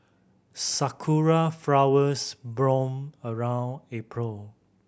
sarawak flowers bloom around April